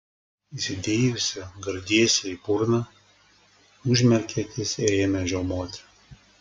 įsidėjusi gardėsį į burną užmerkė akis ir ėmė žiaumoti